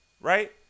right